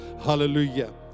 hallelujah